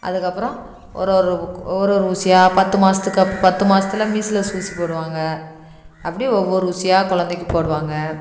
அதுக்கப்புறம் ஒரு ஒரு ஒரு ஒரு ஊசியாக பத்து மாதத்துக்கு அப் பத்து மாசத்தில் மீஸ்லஸ் ஊசி போடுவாங்க அப்படி ஒவ்வொரு ஊசியாக குழந்தைக்கி போடுவாங்க